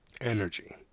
energy